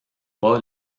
pas